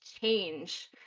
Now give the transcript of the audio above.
change